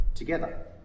together